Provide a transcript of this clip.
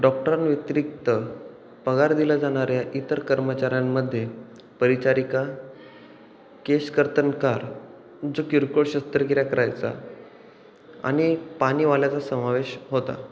डॉक्टरांव्यतिरिक्त पगार दिला जाणाऱ्या इतर कर्मचाऱ्यांमध्ये परिचारिका केशकर्तनकार जो किरकोळ शस्त्रक्रिया करायचा आणि पाणीवाल्याचा समावेश होता